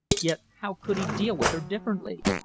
yet how could he deal with her differently?